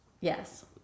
yes